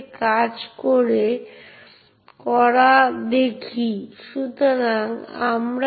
সুতরাং এইভাবে যা অর্জন করা যেতে পারে তা হল আমি একটি নির্দিষ্ট ফাইল তৈরি করতে পারি যা শুধুমাত্র রুট ব্যবহারকারীদের দ্বারা অ্যাক্সেসযোগ্য